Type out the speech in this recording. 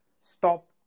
stop